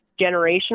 generational